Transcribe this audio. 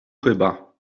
chyba